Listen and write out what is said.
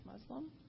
Muslim